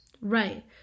Right